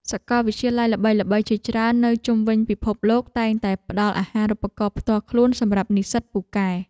សាកលវិទ្យាល័យល្បីៗជាច្រើននៅជុំវិញពិភពលោកតែងតែផ្តល់អាហារូបករណ៍ផ្ទាល់ខ្លួនសម្រាប់និស្សិតពូកែ។